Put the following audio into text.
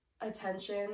attention